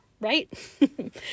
right